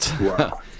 Wow